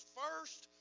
first